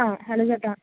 ആ ഹലോ ചേട്ടാ